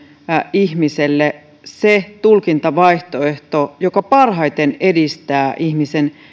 ihmiselle se tulkintavaihtoehto joka parhaiten edistää ihmisen